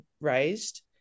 raised